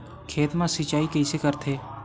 खेत मा सिंचाई कइसे करथे?